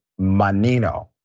Manino